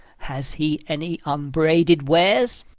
has he any unbraided wares?